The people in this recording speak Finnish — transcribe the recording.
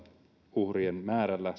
koronauhrien määrällä